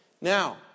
Now